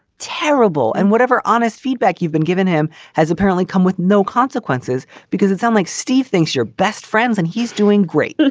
terrible. and whatever honest feedback you've been given him has apparently come with no consequences because it sound like steve thinks you're best friends and he's doing great.